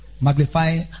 Magnifying